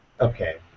okay